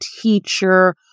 teacher